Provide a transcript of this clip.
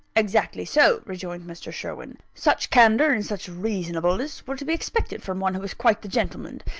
exactly so, rejoined mr. sherwin such candour and such reasonableness were to be expected from one who is quite the gentleman.